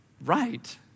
right